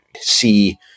see